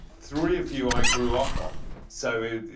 three of you i grew up on, so it's